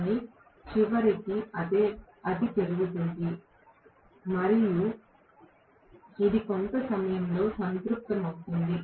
కానీ చివరికి అది పెరుగుతుంది మరియు ఇది కొంత సమయం లో సంతృప్తమవుతుంది